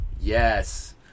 yes